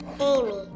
Amy